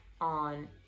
on